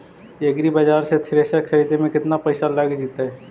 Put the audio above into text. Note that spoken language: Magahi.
एग्रिबाजार से थ्रेसर खरिदे में केतना पैसा लग जितै?